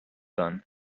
done